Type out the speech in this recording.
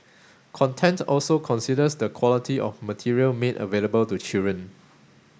content also considers the quality of material made available to children